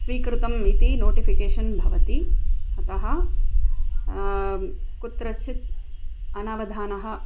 स्वीकृतम् इति नोटिफ़िकेषन् भवति अतः कुत्रचित् अनवधानम्